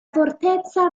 fortezza